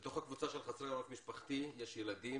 בתוך הקבוצה של חסרי עורף משפחתי יש ילדים